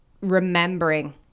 remembering